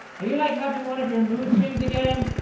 are you like having one of your mood swings again?